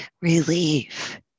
relief